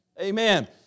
Amen